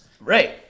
Right